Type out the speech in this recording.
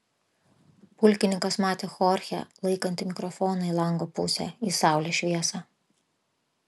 pulkininkas matė chorchę laikantį mikrofoną į lango pusę į saulės šviesą